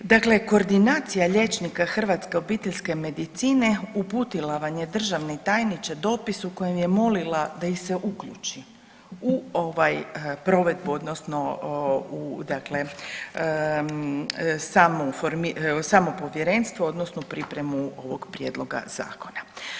Dakle, koordinacija liječnika hrvatske obiteljske medicine uputila vam je državni tajniče dopis u kojem je molila da ih se uključi u ovaj provedbu odnosno u dakle samu, samo povjerenstvo odnosno pripremu ovog prijedloga zakona.